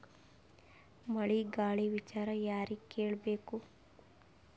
ಮಳೆ ಗಾಳಿ ವಿಚಾರ ಯಾರಿಗೆ ಕೇಳ್ ಬೇಕು?